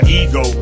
ego